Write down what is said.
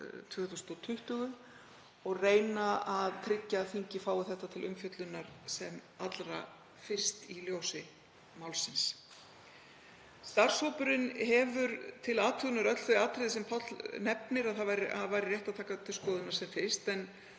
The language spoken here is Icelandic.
2020 og reyna að tryggja að þingið fái það til umfjöllunar sem allra fyrst í ljósi málsins. Starfshópurinn hefur til athugunar öll þau atriði sem Páll nefnir að rétt væri að taka til skoðunar sem fyrst.